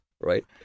right